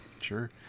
Sure